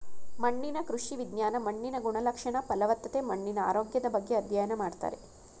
ಮಣ್ಣಿನ ಕೃಷಿ ವಿಜ್ಞಾನ ಮಣ್ಣಿನ ಗುಣಲಕ್ಷಣ, ಫಲವತ್ತತೆ, ಮಣ್ಣಿನ ಆರೋಗ್ಯದ ಬಗ್ಗೆ ಅಧ್ಯಯನ ಮಾಡ್ತಾರೆ